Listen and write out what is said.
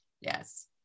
Yes